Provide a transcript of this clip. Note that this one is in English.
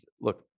look